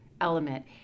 element